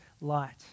light